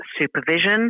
supervision